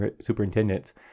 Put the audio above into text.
superintendents